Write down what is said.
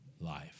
life